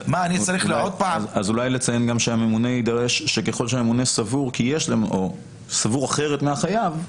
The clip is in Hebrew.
אולי לציין שככל שהממונה סבור אחרת מהחייב,